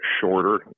shorter